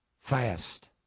Fast